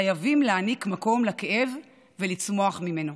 חייבים להעניק מקום לכאב ולצמוח ממנו.